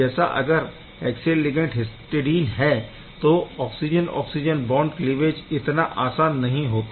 जैसे अगर axial ligand histidine है तो ऑक्सिजन ऑक्सिजन बॉन्ड क्लीवेज इतना आसान नहीं होता